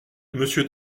monsieur